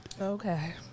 Okay